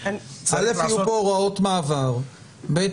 יהיו כאן הוראות מעבר ושנית,